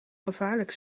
gevaarlijk